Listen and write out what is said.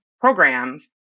programs